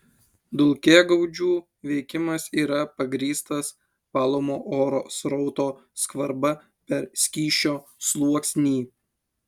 dulkėgaudžių veikimas yra pagrįstas valomo oro srauto skvarba per skysčio sluoksnį